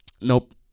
Nope